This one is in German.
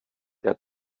der